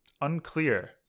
Unclear